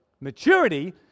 maturity